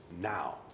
now